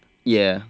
ya